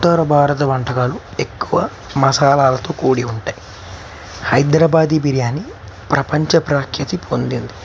ఉత్తర భారత వంటకాలు ఎక్కువ మసాలాలతో కూడి ఉంటాయి హైదరాబాదీ బిర్యానీ ప్రపంచ ప్రఖ్యాతి పొందింది